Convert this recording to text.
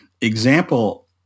example